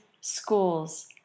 schools